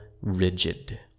rigid